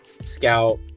scout